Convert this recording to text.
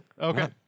Okay